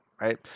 right